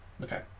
okay